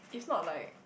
it's not like